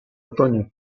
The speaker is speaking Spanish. otoño